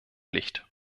licht